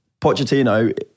Pochettino